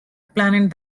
planet